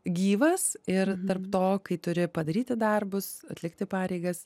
gyvas ir tarp to kai turi padaryti darbus atlikti pareigas